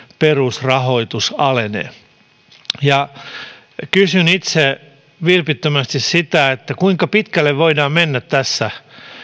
perusrahoitus alenee kysyn itse vilpittömästi sitä kuinka pitkälle voidaan mennä tässä